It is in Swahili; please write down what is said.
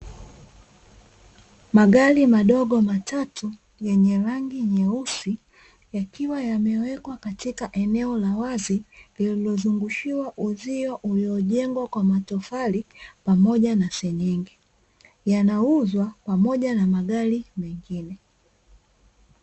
Magari madogo matatu; yenye rangi nyeusi, yakiwa yamewekwa katika eneo la wazi, lililozingushiwa uzio uliojengwa kwa matofali pamoja na senyenge. Yanauzwa pamoja na magari mengine.